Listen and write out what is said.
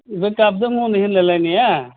बे गाबदों हनै होनलायनाया